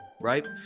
Right